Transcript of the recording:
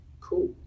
cool